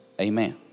Amen